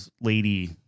lady